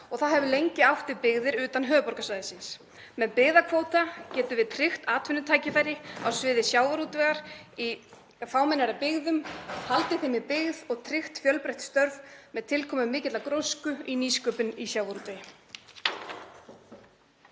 og það hefur lengi átt við um byggðir utan höfuðborgarsvæðisins. Með byggðakvóta getum við tryggt atvinnutækifæri á sviði sjávarútvegs í fámennari byggðum, haldið þeim í byggð og tryggt fjölbreytt störf með tilkomu mikillar grósku í nýsköpun í sjávarútvegi.